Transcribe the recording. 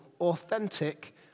authentic